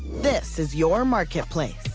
this is your marketplace.